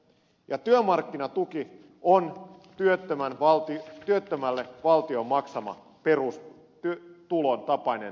ja työmarkkinatuki on työttömälle valtion maksama perustulon tapainen maksu